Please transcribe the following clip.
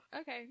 Okay